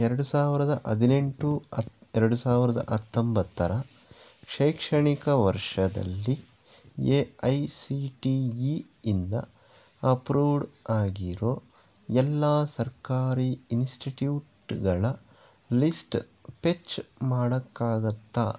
ಎರಡು ಸಾವಿರದ ಹದಿನೆಂಟು ಅತ್ ಎರಡು ಸಾವಿರದ ಹತ್ತೊಂಬತ್ತರ ಶೈಕ್ಷಣಿಕ ವರ್ಷದಲ್ಲಿ A I C T E ಇಂದ ಅಪ್ರೂವ್ಡ್ ಆಗಿರೋ ಎಲ್ಲ ಸರ್ಕಾರಿ ಇನ್ಸ್ಟಿಟ್ಯೂಟ್ಗಳ ಲಿಸ್ಟ್ ಪೆಚ್ ಮಾಡೋಕ್ಕಾಗತ್ತಾ